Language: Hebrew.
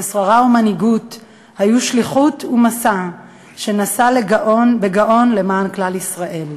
ושררה ומנהיגות היו שליחות ומשא שנשא בגאון למען כלל ישראל.